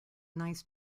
nice